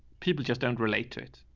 people just don't relate to it.